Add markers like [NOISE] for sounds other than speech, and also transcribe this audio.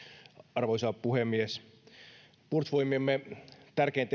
arvoisa puhemies puolustusvoimiemme tärkein [UNINTELLIGIBLE]